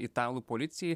italų policijai